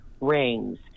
rings